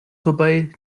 vorbei